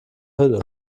hülle